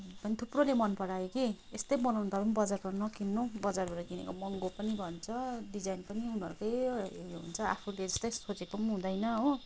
पनि थुप्रोले मन परायो कि यस्तै बनाउनु तपाईँ पनि बजारबाट नकिन्नु बजारबाट किनेको महँगो पनि भन्छ डिजाइन पनि उनीहरूकै उयो हुन्छ आफूले जस्तै सोचेको पनि हुँदैन हो